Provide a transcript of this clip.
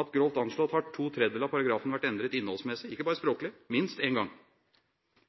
at grovt anslått har to tredjedeler av paragrafene vært endret innholdsmessig – ikke bare språklig – minst én gang.